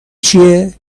چیه